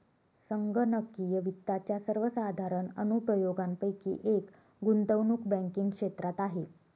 संगणकीय वित्ताच्या सर्वसाधारण अनुप्रयोगांपैकी एक गुंतवणूक बँकिंग क्षेत्रात आहे